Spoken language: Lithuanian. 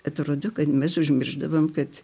atrodo kad mes užmiršdavom kad